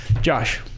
Josh